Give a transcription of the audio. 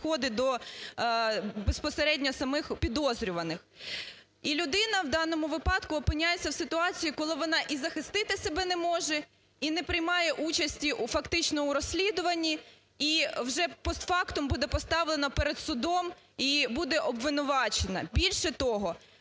до безпосередньо самих підозрюваних. І людина у даному випадку опиняється у ситуації, коли вона і захистити себе не може, і не приймає участі фактично у розслідуванні, і вже постфактум буде поставлена перед судом і буде обвинувачена. Більше того,